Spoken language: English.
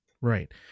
Right